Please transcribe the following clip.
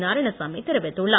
நாராயணசாமி தெரிவித்துள்ளார்